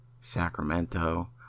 Sacramento